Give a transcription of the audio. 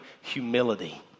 humility